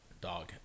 dog